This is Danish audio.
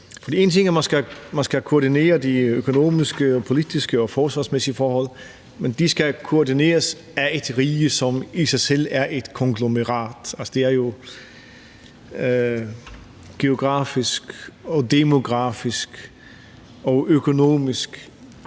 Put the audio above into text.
En ting er, at man skal koordinere de økonomiske, politiske og forsvarsmæssige forhold, men de skal koordineres af et rige, som i sig selv er et konglomerat. Det er geografisk, demografisk og økonomisk